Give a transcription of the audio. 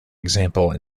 example